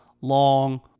long